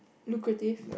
lucrative